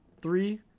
Three